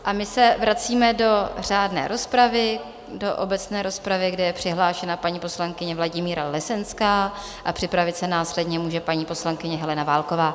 A my se vracíme do řádné rozpravy, do obecné rozpravy, kde je přihlášena paní poslankyně Vladimíra Lesenská, a připravit se následně může paní poslankyně Helena Válková.